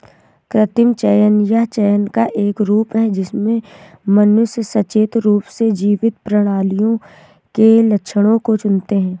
कृत्रिम चयन यह चयन का एक रूप है जिससे मनुष्य सचेत रूप से जीवित प्राणियों के लक्षणों को चुनते है